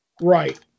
right